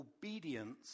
obedience